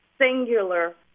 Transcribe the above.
singular